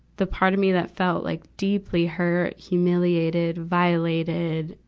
the part of me that felt like deeply hurt, humiliated, violated,